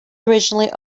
originally